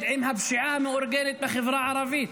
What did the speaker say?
עם הפשיעה המאורגנת בחברה הערבית.